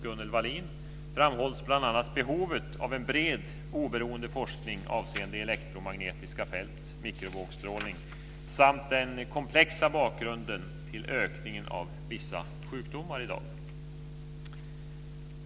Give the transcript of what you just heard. Gunnel Wallin framhålls bl.a. behovet av en bred oberoende forskning avseende elektromagnetiska fält och mikrovågsstrålning samt den komplexa bakgrunden till ökningen av vissa sjukdomar i dag.